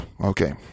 Okay